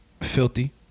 Filthy